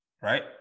right